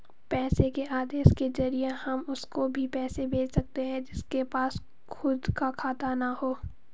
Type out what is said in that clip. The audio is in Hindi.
पैसे के आदेश के जरिए हम उसको भी पैसे भेज सकते है जिसके पास खुद का खाता ना हो